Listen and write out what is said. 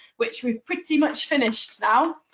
which we've pretty much finished now.